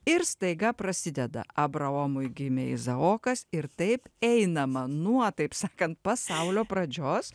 ir staiga prasideda abraomui gimė izaokas ir taip einama nuo taip sakant pasaulio pradžios